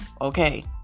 Okay